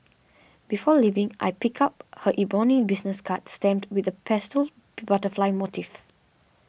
before leaving I pick up her ebony business card stamped with a pastel butterfly motif